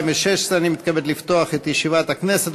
הכנסת.